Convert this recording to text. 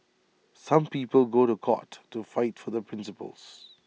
some people go to court to fight for their principles